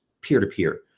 peer-to-peer